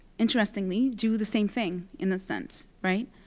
interestingly, do the same thing in a sense, right?